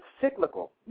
cyclical